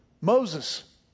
Moses